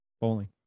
Bowling